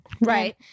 Right